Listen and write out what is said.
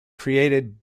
created